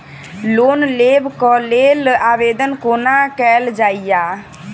Loan लेबऽ कऽ लेल आवेदन कोना कैल जाइया?